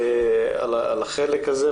על החלק הזה,